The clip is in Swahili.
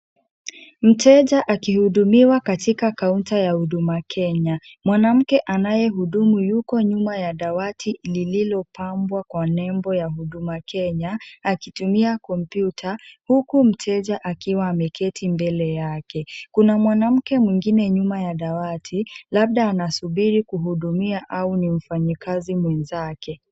Mteja akihudumiwa katika counter ya Huduma Kenya. Mwanamke anayehudumu yuko nyuma ya dawati lililopambwa kwa nembo ya Huduma Kenya, akitumia kompyuta, huku mteja akiwa ameketi mbele yake. Kuna mwanamke mwengine nyuma ya dawati, labda anasubiri kuhudumiwa, au ni mfanyikazi mwenzake.